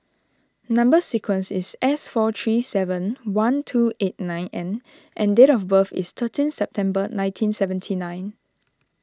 Number Sequence is S four three seven one two eight nine N and date of birth is thirteenth September nineteen seventy nine